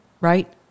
right